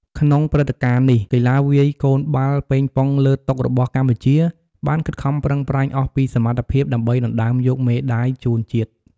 ក្នុងព្រឹត្តិការណ៍នេះ កីឡាករវាយកូនបាល់ប៉េងប៉ុងលើតុរបស់កម្ពុជាបានខិតខំប្រឹងប្រែងអស់ពីសមត្ថភាពដើម្បីដណ្ដើមយកមេដាយជូនជាតិ។